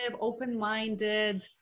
open-minded